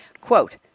Quote